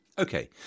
Okay